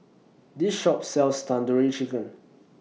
This Shop sells Tandoori Chicken